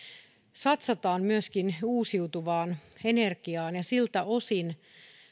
satsataan myöskin uusiutuvaan energiaan ja siltä osin